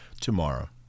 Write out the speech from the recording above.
tomorrow